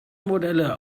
modelle